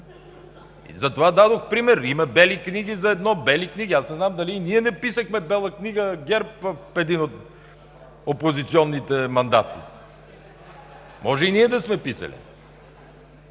Затова дадох пример – има бели книги за едно, бели книги… Аз не знам дали и ние не писахме Бяла книга на ГЕРБ в един от опозиционните мандати. Може и ние да сме писали.